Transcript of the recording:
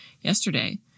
yesterday